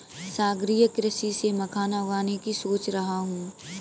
सागरीय कृषि से मखाना उगाने की सोच रहा हूं